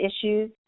issues